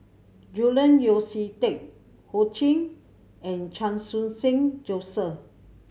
Julian Yeo See Teck Ho Ching and Chan Khun Sing Joseph